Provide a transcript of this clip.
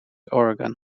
oregon